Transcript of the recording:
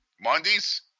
Mondays